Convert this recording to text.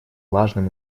важным